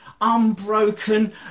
Unbroken